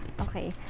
Okay